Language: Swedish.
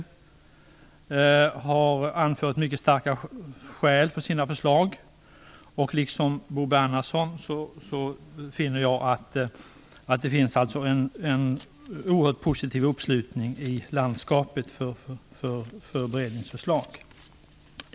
Den har framfört mycket starka skäl för sina förslag, och liksom Bo Bernhardsson finner jag att det finns en oerhört positiv uppslutning i landskapet för beredningens förslag.